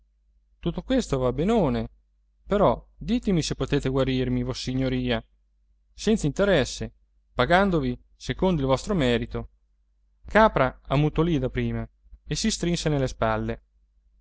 tutto questo va benone però ditemi se potete guarirmi vossignoria senza interesse pagandovi secondo il vostro merito capra ammutolì da prima e si strinse nelle spalle